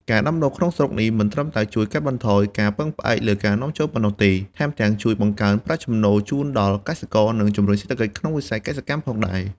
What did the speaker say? ការដាំដុះក្នុងស្រុកនេះមិនត្រឹមតែជួយកាត់បន្ថយការពឹងផ្អែកលើការនាំចូលប៉ុណ្ណោះទេ ថែមទាំងជួយបង្កើនប្រាក់ចំណូលជូនដល់កសិករ និងជំរុញសេដ្ឋកិច្ចក្នុងវិស័យកសិកម្មផងដែរ។